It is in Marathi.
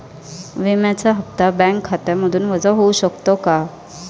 विम्याचा हप्ता बँक खात्यामधून वजा होऊ शकतो का?